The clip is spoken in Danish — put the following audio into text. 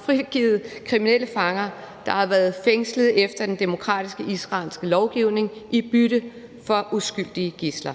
frigivet kriminelle fanger, der har været fængslet efter den demokratiske israelske lovgivning, i bytte for uskyldige gidsler.